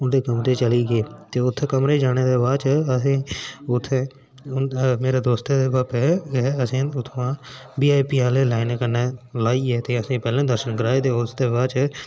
ते अस अपन उंदे कमरे च चली गे उत्थै कमरे च जाने दे बाद असें उत्थै मेरे दोस्त दे पापै अस्सें गी उत्थूआं वी आई पी आह्ली लाईनां लुआइयै ते असें गी पैह्लैं दर्शन कराए ते उस दे बाद